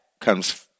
comes